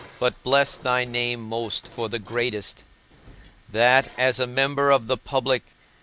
but bless thy name most for the greatest that, as a member of the public,